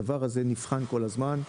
הדבר הזה נבחן כל הזמן.